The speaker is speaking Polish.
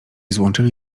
złączyli